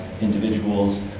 individuals